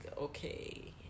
okay